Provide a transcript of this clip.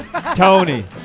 Tony